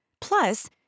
Plus